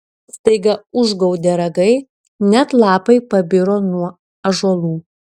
staiga užgaudė ragai net lapai pabiro nuo ąžuolų